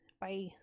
Bye